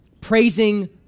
praising